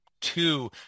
two